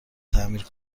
تعمیر